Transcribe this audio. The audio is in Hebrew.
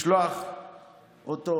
לשלוח אותו